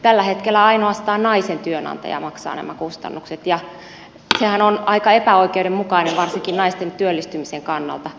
tällä hetkellä ainoastaan naisen työnantaja maksaa nämä kustannukset ja sehän on aika epäoikeudenmukaista varsinkin naisten työllistymisen kannalta